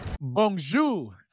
Bonjour